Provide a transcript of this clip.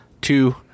Two